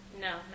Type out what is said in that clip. No